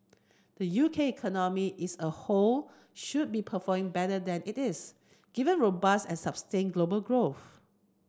the U K economy is a whole should be performing better than it is given robust and sustained global growth